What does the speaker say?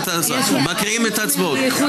תודה.